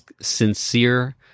sincere